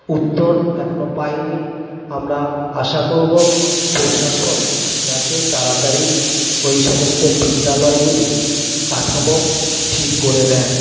উত্তর এখনো পাইনি আমরা আশা করবো প্রশাসন যাতে তাড়াতাড়ি ওই সমস্ত বিদ্যালয়গুলির কাঠামো ঠিক করে দেন